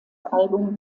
album